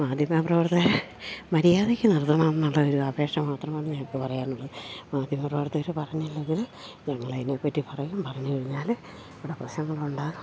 മാധ്യമ പ്രവർത്തനം മര്യാദയ്ക്ക് നടത്തണം എന്നുള്ള ഒരു അപേക്ഷ മാത്രമാണ് ഞങ്ങൾക്ക് പറയാനുള്ളത് മാധ്യമ പ്രവർത്തകർ പറഞ്ഞില്ലെങ്കിൽ ഞങ്ങൾ അതിനെ പറ്റി പറയും പറഞ്ഞു കഴിഞ്ഞാൽ ഇവിടെ പ്രശ്നങ്ങൾ ഉണ്ടാകും